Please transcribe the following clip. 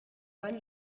sein